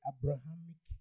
Abrahamic